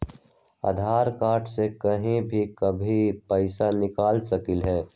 आधार card से कहीं भी कभी पईसा निकाल सकलहु ह?